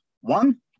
one